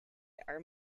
are